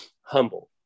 humble